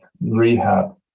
rehab